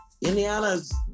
Indiana's